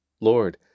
Lord